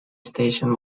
station